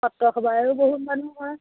সত্ৰসভাইও বহুত মানুহ হয়